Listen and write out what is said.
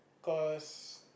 cause